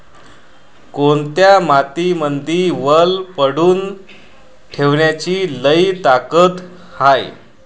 कोनत्या मातीमंदी वल पकडून ठेवण्याची लई ताकद हाये?